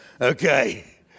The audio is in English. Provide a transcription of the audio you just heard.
Okay